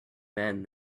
men